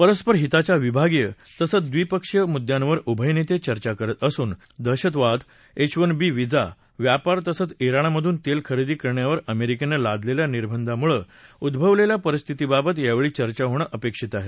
परस्पर हिताच्या विभागीय तसंच ड्रिपक्षीय मुद्दयांवर उभय नेते चर्चा करत असून दहशतवाद एच वन बी व्हिसा व्यापार तसंच तोणमधून तेल खरेदी करण्यावर अमेरिकेनं लादलेल्या निर्बंधांमुळे उद्भवलेल्या परिस्थितीबाबत यावेळी चर्चा होणं अपेक्षित आहे